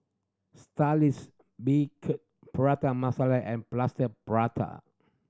Saltish Beancurd Prata Masala and Plaster Prata